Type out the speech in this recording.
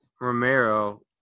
romero